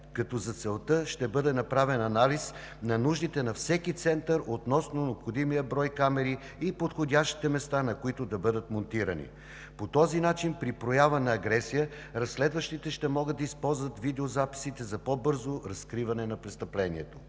като за целта ще бъде направен анализ на нуждите на всеки център относно необходимия брой камери и подходящите места, на които да бъдат монтирани. По този начин при проява на агресия разследващите ще могат да използват видеозаписите за по-бързо разкриване на престъпление.